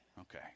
Okay